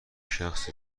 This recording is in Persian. شخص